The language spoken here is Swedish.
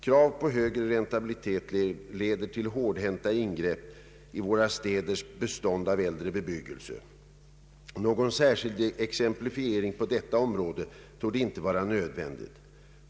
Krav på högre räntabilitet leder till hårdhänta ingrepp i våra städers bestånd av äldre bebyggelse. Någon särskild exemplifiering på detta område torde inte vara nödvändig.